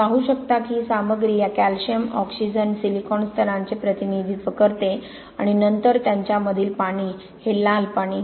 आपण पाहू शकता की ही सामग्री या कॅल्शियम ऑक्सिजन सिलिकॉन स्तरांचे प्रतिनिधित्व करते आणि नंतर त्यांच्यामधील पाणी हे लाल पाणी